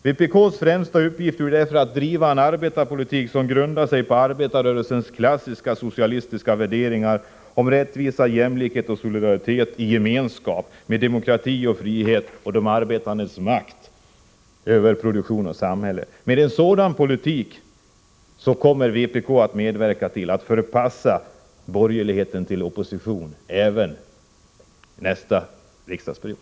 Vpk:s främsta uppgift är därför att driva en arbetarpolitik som grundar sig på arbetarrörelsens klassiska socialistiska värderingar om rättvisa, jämlikhet och solidaritet i gemenskap och de arbetandes makt över produktion och samhälle. Med en sådan politik kommer vpk att medverka till att förpassa borgerligheten till opposition även nästa riksdagsperiod.